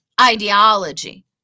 ideology